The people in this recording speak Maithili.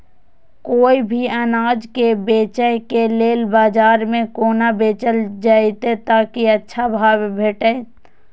कोय भी अनाज के बेचै के लेल बाजार में कोना बेचल जाएत ताकि अच्छा भाव भेटत?